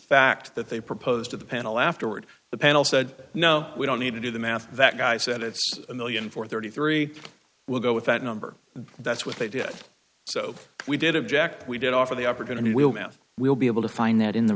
fact that they proposed to the panel afterward the panel said no we don't need to do the math that guy said it's a million for thirty three we'll go with that number that's what they did so we did object we did offer the opportunity will math we'll be able to find that in the